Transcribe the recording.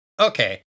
okay